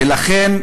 ולכן,